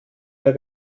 der